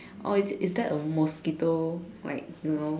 oh is it is there a mosquito like you know